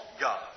God